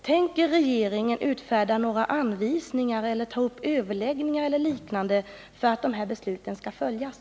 Tänker regeringen utfärda några anvisningar eller ta upp överläggningar eller liknande för att besluten skall följas?